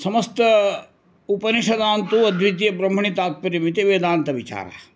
समस्त उपनिषदान्तु अद्वितीये ब्रह्मणि तात्पर्यमति वेदान्तविचारः